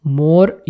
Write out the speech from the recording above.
more